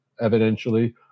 evidentially